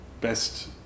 best